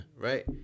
right